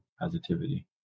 positivity